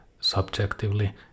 subjectively